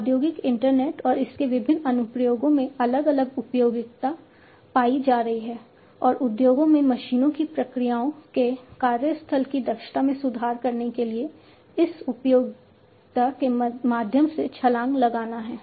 औद्योगिक इंटरनेट और इसके विभिन्न अनुप्रयोगों में अलग अलग उपयोगिता पाई जा रही है और उद्योगों में मशीनों की प्रक्रियाओं के कार्यस्थल की दक्षता में सुधार करने के लिए इस उपयोगिता के माध्यम से छलांग लगाना है